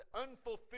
unfulfilled